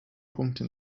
punkte